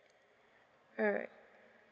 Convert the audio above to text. alright